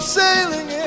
sailing